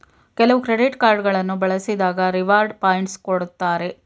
ಕೆಲವು credit card ಗಳನ್ನು ಬಳಸಿದಾಗ ರಿವಾರ್ಡ್ ಪಾಯಿಂಟ್ಸ್ ಕೊಡ್ತಾರೆ